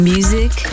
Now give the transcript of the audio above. Music